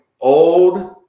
old